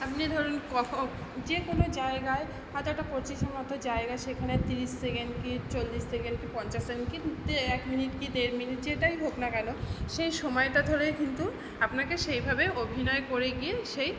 আপনি যদি ধরুন ক ক যে কোনো জায়গায় হয়তো একটা পঁচিশের মতো জায়গায় সেখানে তিরিশ সেকেন্ড কি চল্লিশ সেকেন্ড কি পঞ্চাশ সেকেন্ড কি দে এক মিনিট কি দেড় মিনিট যেটাই হোক না কেন সেই সময়টা ধরেই কিন্তু আপনাকে সেইভাবে অভিনয় করে গিয়ে সেই